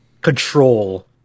control